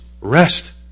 rest